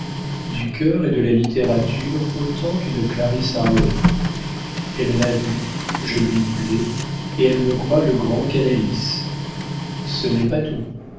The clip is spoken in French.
du cœur et de la littérature autant qu'une clarisse harlowe elle m'a vu je lui plais et elle me croit le grand canalis ce n'est pas tout